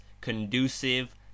conducive